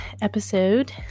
episode